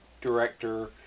director